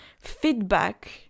feedback